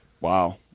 Wow